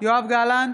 יואב גלנט,